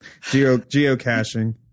Geocaching